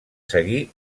seguir